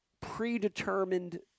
predetermined